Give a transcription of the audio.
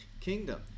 kingdom